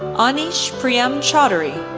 awnish priyam choudhary,